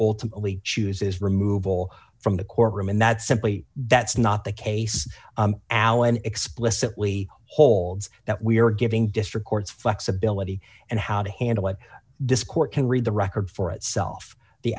ultimately chooses removal from the court room and that's simply that's not the case alan explicitly holds that we are giving district courts flexibility and how to handle what discord can read the record for itself the